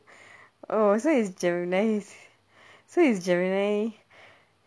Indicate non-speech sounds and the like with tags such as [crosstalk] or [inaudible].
[breath] oh so it's gemini's so it's gemini [breath]